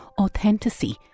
Authenticity